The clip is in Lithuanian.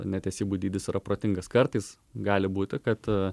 netesybų dydis yra protingas kartais gali būti kad